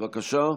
בבקשה.